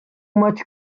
much